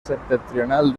septentrional